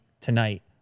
tonight